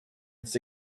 its